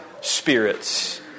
spirits